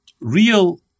real